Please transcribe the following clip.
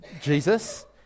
Jesus